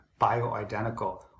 bioidentical